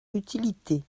utilité